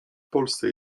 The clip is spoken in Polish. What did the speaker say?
polsce